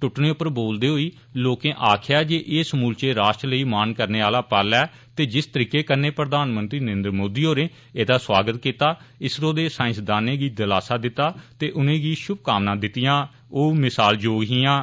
टूटने पर बोलदे होई लोकें आक्खेया जे एह समूलचे राश्ट्र लेई मान करने आहला पल्ल ऐ ते जिस तरीके नै प्रधानमंत्री नरेन्द्र मोदी होरें एहदा सौआगत कीता इस्रो दे साईसदानें गी दिलास्सा दित्ता ते उंनै गी षुभकामना दित्तिआं ओह मिसाल योग हिआं